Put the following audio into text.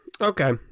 Okay